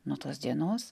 nuo tos dienos